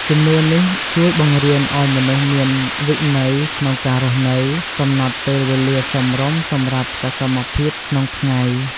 ជំនឿនេះជួយបង្រៀនឲ្យមនុស្សមានវិន័យក្នុងការរស់នៅ កំណត់ពេលវេលាសមរម្យសម្រាប់សកម្មភាពក្នុងថ្ងៃ។